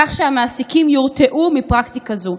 כך שהמעסיקים יורתעו מפרקטיקה זו.